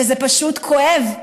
שזה פשוט כואב,